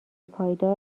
پایدار